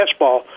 fastball